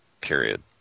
Period